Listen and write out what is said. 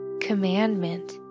commandment